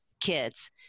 kids